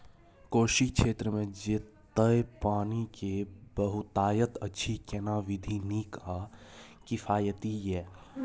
कोशी क्षेत्र मे जेतै पानी के बहूतायत अछि केना विधी नीक आ किफायती ये?